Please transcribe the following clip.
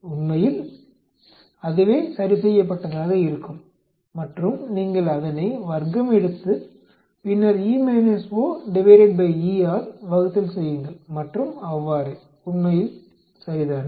உண்மையில் அதவே சரிசெய்யப்பட்டதாக இருக்கும் மற்றும் நீங்கள் அதனை வர்க்கமெடுத்து பின்னர் E O ÷E ஆல் வகுத்தல் செய்யுங்கள மற்றும் அவ்வாறே உண்மையில் சரிதானே